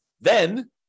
Then-